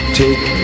take